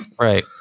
right